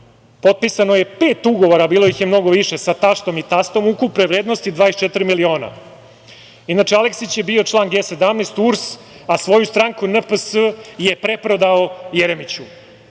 potpisano je pet ugovora, a bilo ih je mnogo više, sa taštom i tastom, ukupne vrednosti 24 miliona. Inače, Aleksić je bio član G17, URS, a svoju stranku NPS je preprodao Jeremiću.